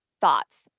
thoughts